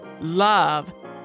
love